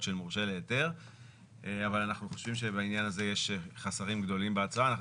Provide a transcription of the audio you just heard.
של מורשה להיתר אבל אנחנו חושבים שבעניין הזה יש חסרים גדולים בהצעה.